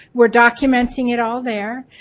we're documenting it all there.